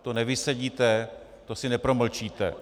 To nevysedíte, to si nepromlčíte.